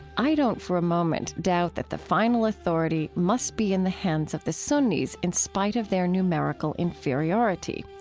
i don't for a moment doubt that the final authority must be in the hands of the sunnis in spite of their numerical inferiority.